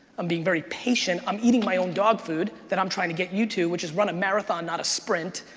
i'm being very patient, i'm eating my own dog food that i'm trying to get you to, which is run a marathon, not a sprint,